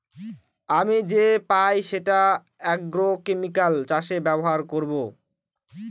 আমি যে পাই সেটা আগ্রোকেমিকাল চাষে ব্যবহার করবো